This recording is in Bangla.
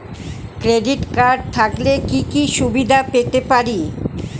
ক্রেডিট কার্ড থাকলে কি কি সুবিধা পেতে পারি?